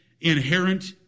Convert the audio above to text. inherent